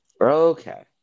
Okay